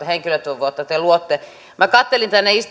henkilötyövuotta te luotte minä katselin tänne